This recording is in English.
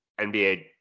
NBA